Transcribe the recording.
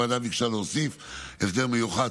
הוועדה ביקשה להוסיף הסדר מיוחד,